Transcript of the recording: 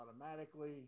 automatically